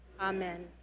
Amen